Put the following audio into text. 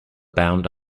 bound